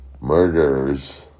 murderers